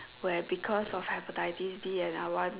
where because of hepatitis B and I want